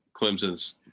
Clemson's